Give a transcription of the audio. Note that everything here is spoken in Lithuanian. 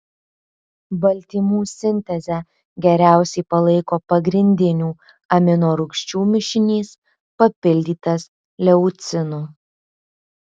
baltymų sintezę geriausiai palaiko pagrindinių aminorūgščių mišinys papildytas leucinu